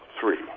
three